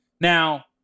Now